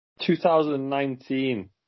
2019